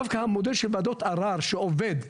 דווקא המודל של וועדות ערר שעובד,